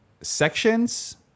sections